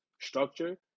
structure